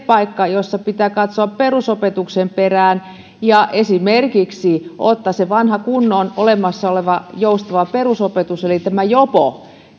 paikka jossa pitää katsoa perusopetuksen perään ja esimerkiksi ottaa se vanha kunnon olemassa oleva joustava perusopetus eli jopo